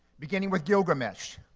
beginning with gilgamesh,